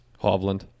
Hovland